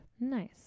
Nice